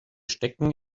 stecken